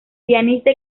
pianista